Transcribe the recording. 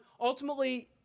ultimately